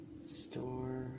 Store